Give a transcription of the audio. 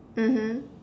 mmhmm